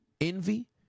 envy